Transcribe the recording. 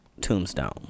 Tombstone